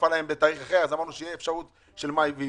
אז אמרנו שתהיה אפשרות של מאי ויוני,